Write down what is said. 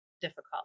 difficult